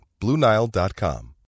BlueNile.com